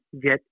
get